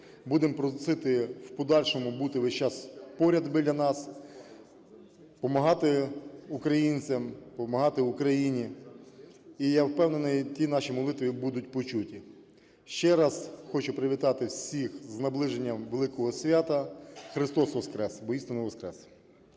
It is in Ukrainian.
Будемо просити в подальшому бути весь час поряд біля нас, помагати українцям, помагати Україні. І я впевнений: ті наші молитви будуть почуті. Ще раз хочу привітати всіх з наближенням великого свята! Христос воскрес! Воістину воскрес!